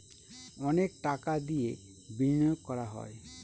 অনেক টাকা দিয়ে বিনিয়োগ করা হয়